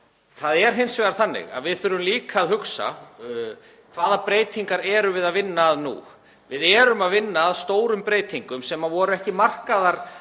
það er hins vegar þannig að við þurfum líka að hugsa: Hvaða breytingar erum við að vinna að nú? Við erum að vinna að stórum breytingum sem voru ekki markaðar